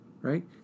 right